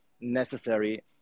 necessary